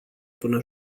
până